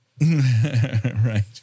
Right